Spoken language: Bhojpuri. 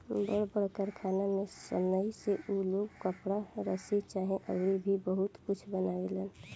बड़ बड़ कारखाना में सनइ से उ लोग कपड़ा, रसरी चाहे अउर भी बहुते कुछ बनावेलन